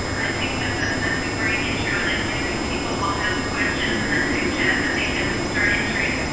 i think that's a great intro. and i'm guessing people will have questions in the text chat they can start entering.